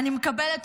אני מקבלת,